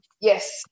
Yes